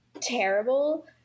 terrible